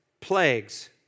plagues